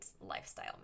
lifestyle